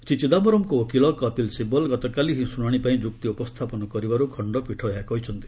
ଶ୍ରୀ ଚିଦାୟରମ୍ଙ୍କ ଓକିଲ କପିଲ ଶିବଲ ଗତକାଲି ହିଁ ଶୁଣାଣି ପାଇଁ ଯୁକ୍ତି ଉପସ୍ଥାପନ କରିବାରୁ ଖଣ୍ଡପୀଠ ଏହା କହିଛନ୍ତି